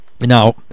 now